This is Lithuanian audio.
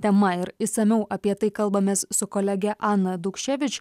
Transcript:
tema ir išsamiau apie tai kalbamės su kolege ana daukščevič